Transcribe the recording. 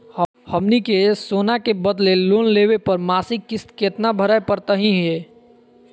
हमनी के सोना के बदले लोन लेवे पर मासिक किस्त केतना भरै परतही हे?